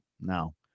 No